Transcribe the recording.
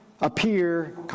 appear